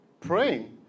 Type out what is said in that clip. praying